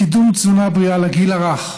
קידום תזונה בריאה לגיל הרך,